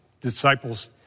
Disciples